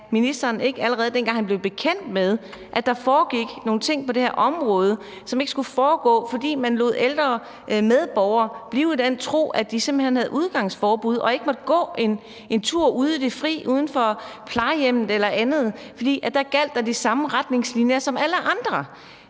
at ministeren ikke gjorde noget, allerede dengang han blev bekendt med, at der foregik nogle ting på det her område, som ikke skulle foregå, fordi man lod ældre medborgere blive i den tro, at de simpelt hen havde udgangsforbud og ikke måtte gå en tur ude i det fri uden for plejehjemmet eller andet, selv om der gjaldt de samme retningslinjer som for alle andre.